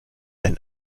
ein